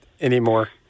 anymore